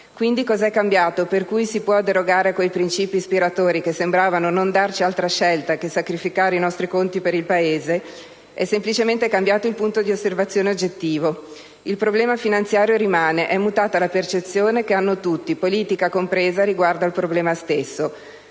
Quindi, cosa è cambiato per cui si può derogare ai quei principi ispiratori che sembravano non darci altra scelta che sacrificare i nostri conti per il Paese? È semplicemente cambiato il punto di osservazione oggettivo. Il problema finanziario rimane; è mutata la percezione che hanno tutti, politica compresa, riguardo al problema stesso.